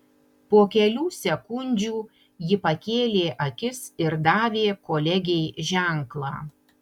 po kelių sekundžių ji pakėlė akis ir davė kolegei ženklą